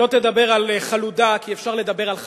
שלא תדבר על חלודה, כי אפשר לדבר על חלולה.